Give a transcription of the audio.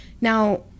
Now